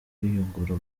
kwiyungura